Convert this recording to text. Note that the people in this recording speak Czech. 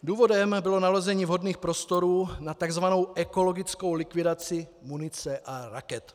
Důvodem bylo nalezení vhodných prostorů na takzvanou ekologickou likvidaci munice a raket.